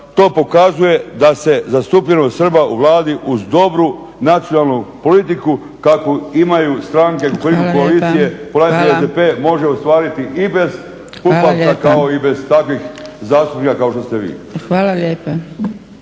To pokazuje da se zastupljenost Srba u Vladi uz dobru nacionalnu politiku kakvu imaju stranke Kukuriku koalicije, … /Govornik se ne razumije./ … SDP može ostvariti i bez uplata kao i bez takvih zastupnika kao što ste vi.